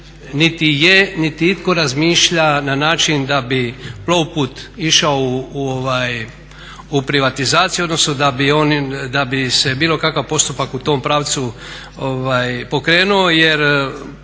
niti je, niti itko razmišlja na način da bi Plovput išao u privatizaciju, odnosno da bi se bilo kakav postupak u tom pravcu pokrenuo. Jer